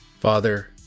Father